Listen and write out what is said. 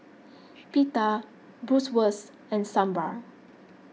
Pita Bratwurst and Sambar